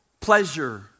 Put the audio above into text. pleasure